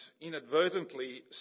inadvertently